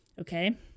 Okay